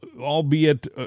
albeit